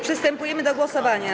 Przystępujemy do głosowania.